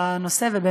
בנושא.